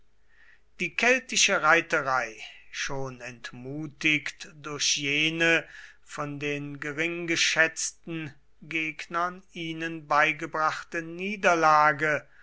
die keltische reiterei schon entmutigt durch jene von den geringgeschätzten gegnern ihnen beigebrachte niederlage